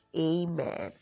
amen